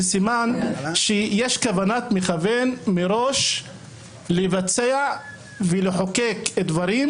זה סימן שיש כוונת מכוון מראש לבצע ולחוקק דברים